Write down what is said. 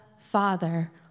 Father